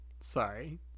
Sorry